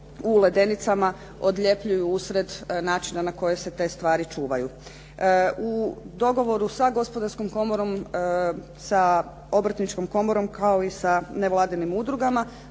u ledenicama odljepljuju usred načina na koji se te stvari čuvaju. U dogovoru sa Gospodarskom komorom, sa Obrtničkom komorom kao i sa nevladinim udrugama